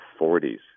40s